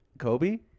Kobe